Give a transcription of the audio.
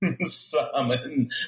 summon